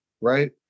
right